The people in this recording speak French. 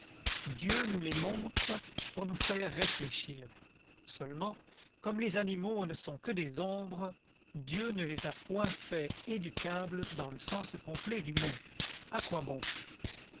dieu nous les montre pour nous faire réfléchir seulement comme les animaux ne sont que des ombres dieu ne les a point faits éducables dans le sens complet du mot